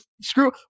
Screw